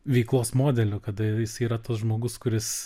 veiklos modeliu kada jis yra tas žmogus kuris